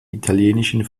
italienischen